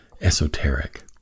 esoteric